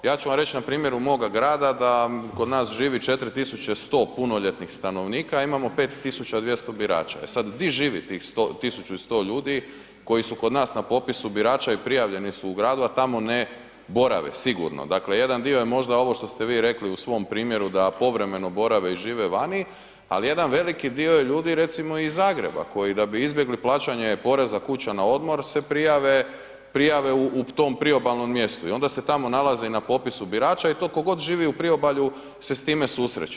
Ja ću vam reć na primjeru moga grada da kod nas živi 4100 punoljetnih stanovnika, a imamo 5200 birača, e sad di živi tih 100, 1100 ljudi koji su kod nas na popisu birača i prijavljeni su u gradu, a tamo ne borave sigurno, dakle jedan dio je možda ovo što ste vi rekli u svom primjeru da povremeno borave i žive vani, al jedan veliki dio je ljudi recimo i iz Zagreba koji da bi izbjegli plaćanje poreza kuća na odmor se prijave, prijave u tom Priobalnom mjestu i onda se tamo nalaze i na popisu birača i to ko god živi u Priobalju se s time susreće.